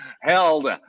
held